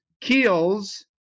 keel's